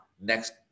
next